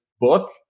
book